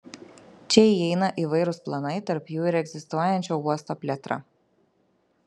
čia įeina įvairūs planai tarp jų ir egzistuojančio uosto plėtra